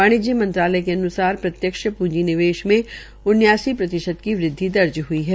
वाणिज्य मंत्रालय के अन्सार प्रत्यक्ष पूंजी निवेश मे उन्यासी प्रतिशत की वृद्वि हुई है